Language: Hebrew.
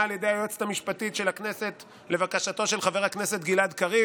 על ידי היועצת המשפטית של הכנסת לבקשתו של חבר הכנסת גלעד קריב,